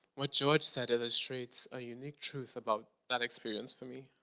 what george said illustrates a unique truth about that experience for me.